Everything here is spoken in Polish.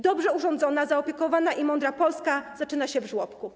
Dobrze urządzona, zaopiekowana i mądra Polska zaczyna się w żłobku.